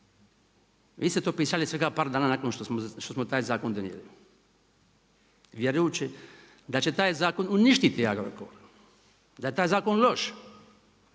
vi ste to pisali svega par dana nakon što smo taj zakon donijeli vjerujući da će taj zakon uništiti Agrokor, da je taj zakon loš,